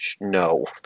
no